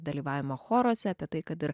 dalyvavimą choruose apie tai kad ir